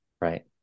right